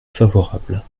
favorable